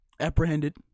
apprehended